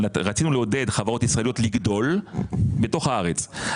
רצינו לעודד חברות ישראליות לגדול בתוך הארץ,